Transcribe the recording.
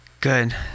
Good